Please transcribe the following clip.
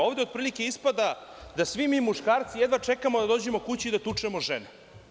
Ovde ispada otprilike da svi mi muškarci jedva čekamo da dođemo kući i da tučemo žene.